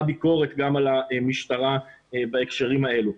ביקורת גם על המשטרה בהקשרים האלה.